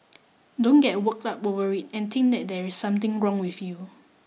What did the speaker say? don't get worked up over it and think that there is something wrong with you